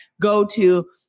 go-to